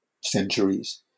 centuries